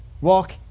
Walk